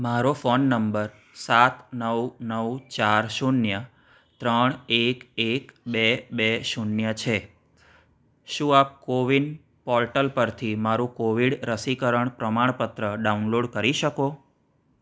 મારો ફોન નંબર સાત નવ નવ ચાર શૂન્ય ત્રણ એક એક બે બે શૂન્ય છે શું આપ કોવિન પોર્ટલ પરથી મારું કોવિડ રસીકરણ પ્રમાણપત્ર ડાઉનલોડ કરી શકો